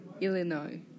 Illinois